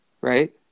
Right